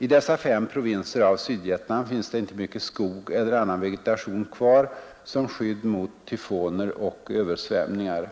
I dessa fem provinser av Sydvietnam finns det inte mycket skog eller annan vegetation kvar som skydd mot tyfoner och översvämningar.